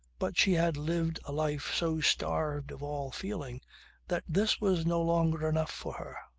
but she had lived a life so starved of all feeling that this was no longer enough for her.